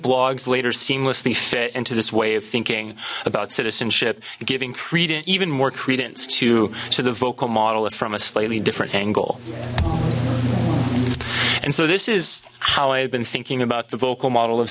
blogs later seamlessly fit into this way of thinking about citizenship giving frieden even more credence to to the vocal model from a slightly different angle and so this is how i've been thinking about the vocal model of